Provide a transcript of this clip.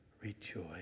Rejoice